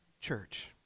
church